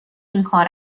اینکار